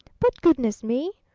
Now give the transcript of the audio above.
but goodness me!